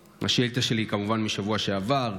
השאילתה שלי היא, כמובן, מהשבוע שעבר.